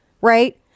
right